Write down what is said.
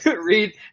read